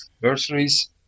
bursaries